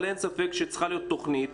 אבל אין ספק שצריכה להיות תוכנית.